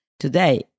today